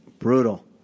Brutal